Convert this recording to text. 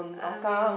I mean